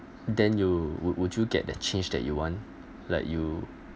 then you would would you get that change that you want like you